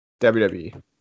WWE